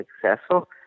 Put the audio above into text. successful